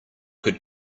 could